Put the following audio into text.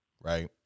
right